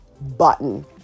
button